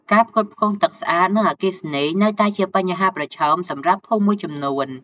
ការផ្គត់ផ្គង់ ទឹកស្អាត និងអគ្គិសនី នៅតែជាបញ្ហាប្រឈមសម្រាប់ភូមិមួយចំនួន។